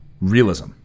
realism